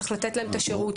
צריך לתת להם את השירות.